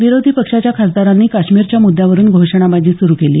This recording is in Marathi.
विरोधी पक्षाच्या खासदारांनी काश्मीरच्या मुद्यावरून घोषणाबाजी सुरू केली